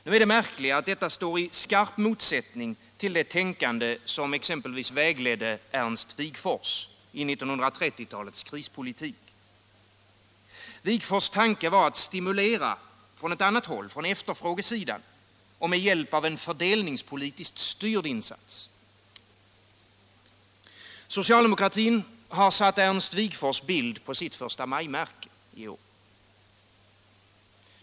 Nu är det märkliga att detta står i skarp motsättning till det tänkande som exempelvis vägledde Ernst Wigforss i 1930-talets krispolitik. Wigforss tanke var att stimulera från efterfrågesidan och med hjälp av en fördelningspolitisk styrd insats. Socialdemokratin har satt Ernst Wigforss bild på sitt förstamajmärke i år.